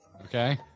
okay